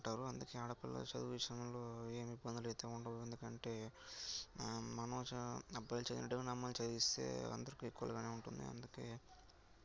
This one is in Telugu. ఉంటారు అందుకే ఆడపిల్ల చదువు విషయంలో ఏమి ఇబ్బందులైతే ఉండవు ఎందుకంటే చ మనము అబ్బాయి చదివినట్టు అమ్మాయిని చదివిస్తే అందరికీ ఈక్వల్ గానే ఉంటుంది అందుకే